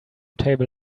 table